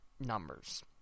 numbers